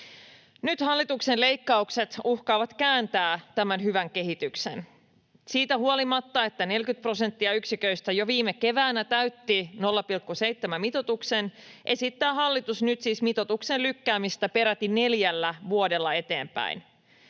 Nyt hallituksen leikkaukset uhkaavat kääntää tämän hyvän kehityksen. Siitä huolimatta, että 40 prosenttia yksiköistä jo viime keväänä täytti 0,7:n mitoituksen, esittää hallitus nyt siis mitoituksen lykkäämistä peräti neljällä vuodella eteenpäin.